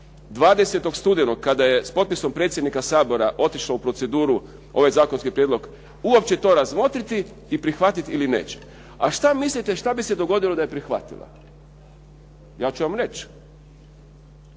20. studenog kada je s potpisom predsjednika Sabora otišlo u proceduru ovaj zakonski prijedlog, uopće to razmotriti i prihvatiti ili neće. A što mislite što bi se dogodilo da je prihvatila? Ja ću vam reći.